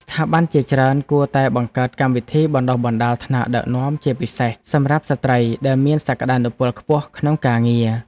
ស្ថាប័នជាច្រើនគួរតែបង្កើតកម្មវិធីបណ្តុះបណ្តាលថ្នាក់ដឹកនាំជាពិសេសសម្រាប់ស្ត្រីដែលមានសក្ដានុពលខ្ពស់ក្នុងការងារ។